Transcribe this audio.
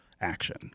action